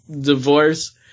divorce